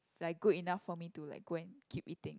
like good enough for me to like go and keep eating